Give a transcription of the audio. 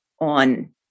on